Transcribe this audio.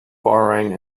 borrowing